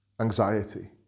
anxiety